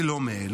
אני לא מאלה.